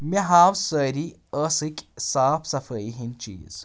مےٚ ہاو سٲری ٲسٕک صاف صفٲیی ہِنٛدۍ چیٖز